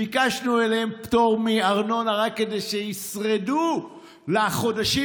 ביקשנו להם פטור מארנונה רק כדי שישרדו חודשים